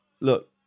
look